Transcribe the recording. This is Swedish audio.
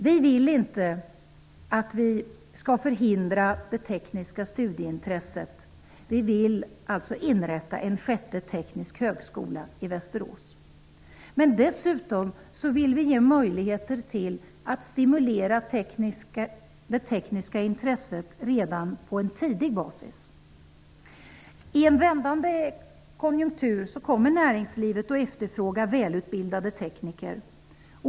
Vi vill inte att det tekniska studieintresset skall förhindras. Vi vill inrätta en sjätte teknisk högskola i Västerås. Men dessutom vill vi ge möjligheter till att stimulera det tekniska intresset tidigt. I en vändande konjunktur kommer näringslivet att efterfråga välutbildade tekniker.